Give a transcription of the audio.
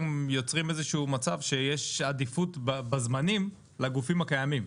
איזה שהוא מצב שיש עדיפות בזמנים לגופים הקיימים.